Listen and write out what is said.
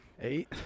Eight